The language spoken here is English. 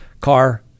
car